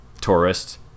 tourist